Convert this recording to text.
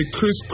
Chris